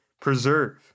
preserve